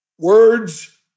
Words